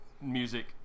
music